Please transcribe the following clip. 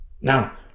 Now